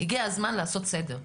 הגיע הזמן לעשות סדר,